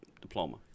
diploma